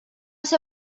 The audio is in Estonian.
see